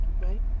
right